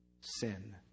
sin